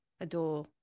adore